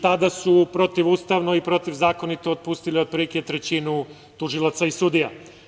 Tada su protivustavno i protivzakonito otpustili otprilike trećinu tužilaca i sudija.